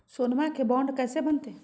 सोनमा के बॉन्ड कैसे बनते?